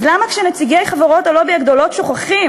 אז למה כשנציגי חברות הלובי הגדולות שוכחים,